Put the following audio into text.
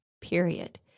period